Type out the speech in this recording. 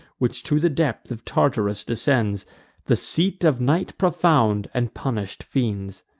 which to the depth of tartarus descends the seat of night profound, and punish'd fiends.